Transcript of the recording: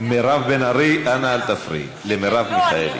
מירב בן ארי, אנא אל תפריעי למרב מיכאלי.